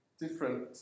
different